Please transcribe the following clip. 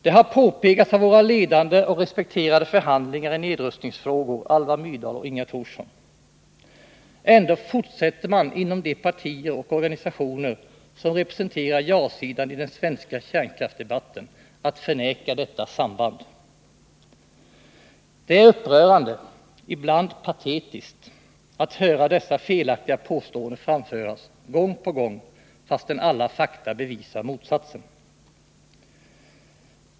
Det har påpekats av våra ledande och respekterade förhandlare i nedrustningsfrågor, Alva Myrdal och Inga Thorsson. Ändå fortsätter man inom de partier och organisationer som representerar ja-sidan i den svenska kärnkraftsdebatten att förneka detta samband. Det är upprörande, ibland patetiskt, att höra dessa felaktiga påståenden framföras gång på gång fastän alla fakta bevisar motsatsen.